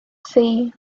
sea